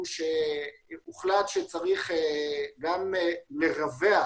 הוחלט שצריך גם לרווח